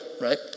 right